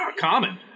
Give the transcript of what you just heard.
common